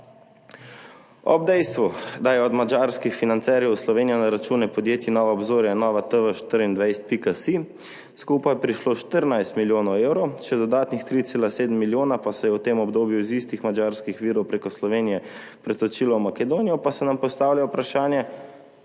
Ob dejstvu, da je od madžarskih financerjev v Slovenijo na račune podjetij Nova obzorja in NovaTV24.si skupaj prišlo 14 milijonov evrov, še dodatnih 3,7 milijona pa se je v tem obdobju iz istih madžarskih virov prek Slovenije pretočilo v Makedonijo, pa se nam postavlja vprašanje,